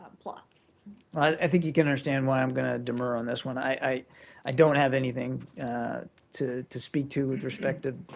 um i think you can understand why i'm going to demur on this one. i i don't have anything to to speak to with respect to